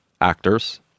actors